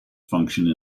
function